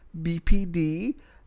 BPD